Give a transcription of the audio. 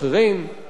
בתחום החינוך,